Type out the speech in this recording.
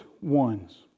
ones